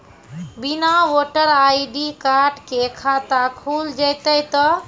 बिना voter ID card के खाता खुल जैते तो?